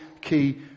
key